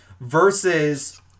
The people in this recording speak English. Versus